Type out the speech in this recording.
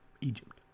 Egypt